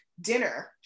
dinner